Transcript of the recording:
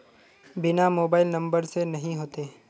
बिना mobile number से नहीं होते?